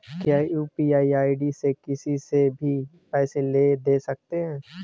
क्या UPI ID से किसी से भी पैसे ले दे सकते हैं?